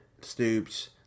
Stoops